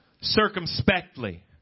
circumspectly